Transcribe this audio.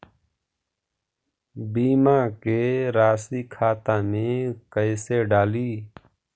बीमा के रासी खाता में कैसे डाली?